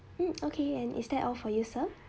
um okay and is that all for you sir